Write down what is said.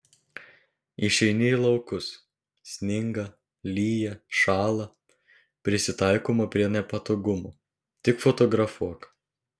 išeini į laukus sninga lyja šąla prisitaikoma prie nepatogumų tik fotografuok